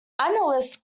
analysts